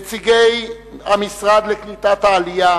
נציגי המשרד לקליטת העלייה,